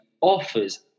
offers